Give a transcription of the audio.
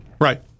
Right